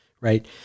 right